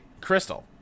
Crystal